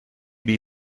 bee